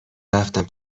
رفتم